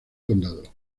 condado